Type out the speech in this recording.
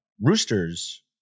roosters